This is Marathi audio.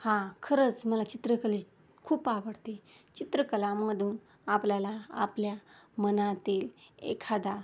हा खरंच मला चित्रकलेची खूप आवडते चित्रकलामधून आपल्याला आपल्या मनातील एखादा